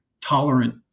tolerant